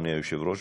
אדוני היושב-ראש,